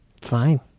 Fine